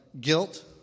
guilt